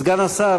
סגן השר,